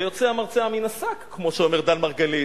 ויוצא המרצע מן השק, כמו שאומר דן מרגלית,